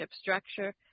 structure